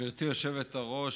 גברתי היושבת-ראש,